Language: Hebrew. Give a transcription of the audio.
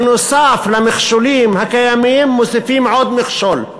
נוסף על המכשולים הקיימים, מוסיפים עוד מכשול.